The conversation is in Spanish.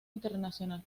internacional